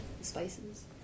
spices